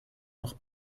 noch